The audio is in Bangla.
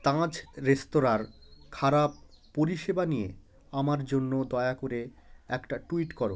তাজ রেস্তোরাঁঁর খারাপ পরিষেবা নিয়ে আমার জন্য দয়া করে একটা টুইট করো